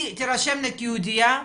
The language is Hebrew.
היא תרשם כיהודייה?